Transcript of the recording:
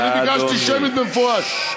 אני ביקשתי שמית במפורש.